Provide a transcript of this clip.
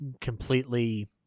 completely